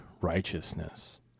righteousness